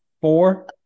four